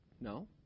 No